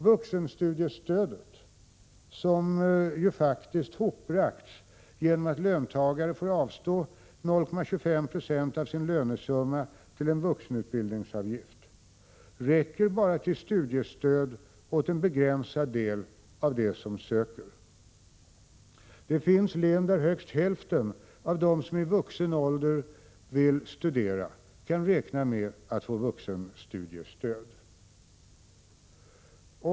Vuxenstudiestödet, som ju faktiskt hopbragts genom att löntagare får avstå 0,25 960 av sin lönesumma till en vuxenutbildningsavgift, räcker bara till studiestöd och till en begränsad del av dem som söker. Det finns faktiskt län där högst hälften av dem som i vuxen ålder vill studera kan räkna med att få vuxenstudiestöd.